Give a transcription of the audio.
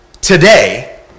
today